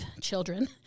children